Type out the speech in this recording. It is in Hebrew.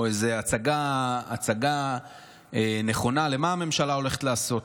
איזו הצגה נכונה למה הממשלה הולכת לעשות.